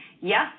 Yes